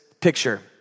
picture